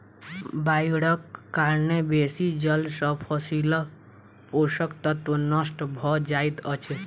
बाइढ़क कारणेँ बेसी जल सॅ फसीलक पोषक तत्व नष्ट भअ जाइत अछि